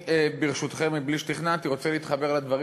ברשותכם ובלי שתכננתי אני רוצה להתחבר לדברים